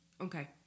Okay